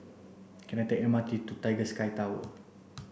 can I take the M R T to Tiger Sky Tower